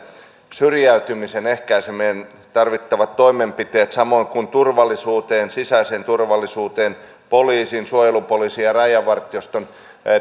syrjäytymisen ehkäisemiseen tarvittavat toimenpiteet samoin kuin turvallisuuteen sisäiseen turvallisuuteen poliisin suojelupoliisin ja rajavartioston